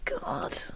God